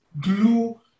glue